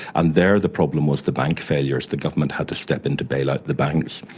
and there the problem was the bank failures. the government had to step in to bail out the banks.